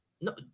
no